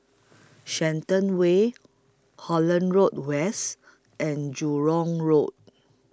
Shenton Way Holland Road West and Jurong Road